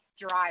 drive